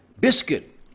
biscuit